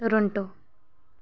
Toronto